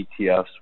ETFs